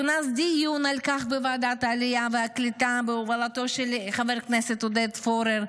כונס דיון על כך בוועדת העלייה והקליטה בהובלתו של חבר הכנסת עודד פורר.